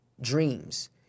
dreams